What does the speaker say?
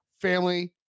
family